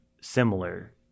similar